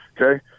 Okay